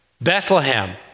Bethlehem